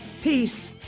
Peace